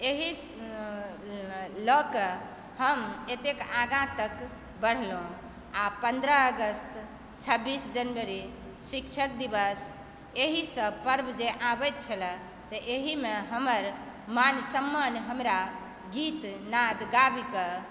एहि लऽ कऽ हम एतेक आगाँ तक बढ़लहुँ आ पन्द्रह अगस्त छब्बीस जनवरी शिक्षक दिवस एहिसभ पर्व जे आबति छलऽ तऽ एहिमे हमर मान सम्मान हमरा गीत नाद गाबिके